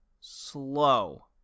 slow